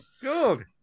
Good